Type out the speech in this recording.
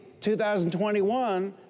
2021